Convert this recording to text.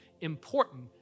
important